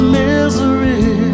misery